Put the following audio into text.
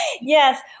Yes